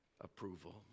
approval